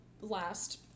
last